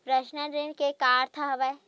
Personal ऋण के का अर्थ हवय?